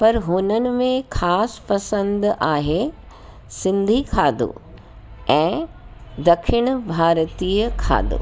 पर हुननि में ख़ासि पसंदि आहे सिंधी खाधो ऐं ॾखिण भारतीय खाधो